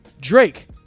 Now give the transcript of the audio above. Drake